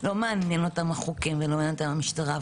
לא מעניין אותם חוקים או משטרה.